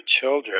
children